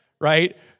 right